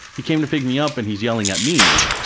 he came to pick me up and he's yelling at me.